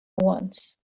wants